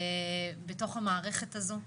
בתוך המערכת הזו,